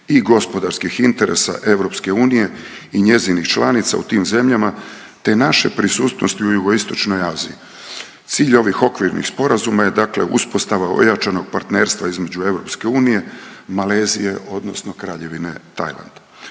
i gospodarskih interesa EU i njezinih članica u tim zemljama te nape prisutnosti u Jugoistočnoj Aziji. Cilj ovih okvirnih sporazuma je uspostava ojačanog partnerstva između EU, Malezije odnosno Kraljevine Tajlanda.